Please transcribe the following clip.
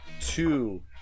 two